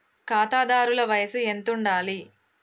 ఖాతాదారుల వయసు ఎంతుండాలి?